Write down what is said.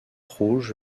rouge